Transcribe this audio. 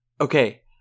okay